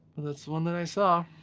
that's the one that i saw